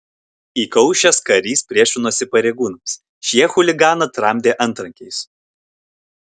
įkaušęs karys priešinosi pareigūnams šie chuliganą tramdė antrankiais